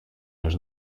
les